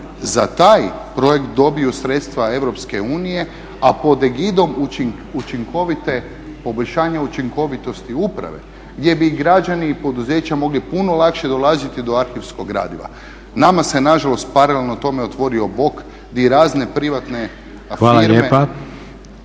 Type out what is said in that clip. za taj projekt dobiju sredstva EU a pod egidom učinkovite, poboljšanja učinkovitosti uprave gdje bi građani i poduzeća mogli puno lakše dolaziti do arhivskog gradiva. Nama se nažalost paralelno tome otvorio bok di razne privatne firme… **Leko,